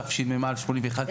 תשמ"א 1981,